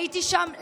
הייתי שם לבד.